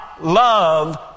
love